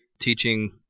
teaching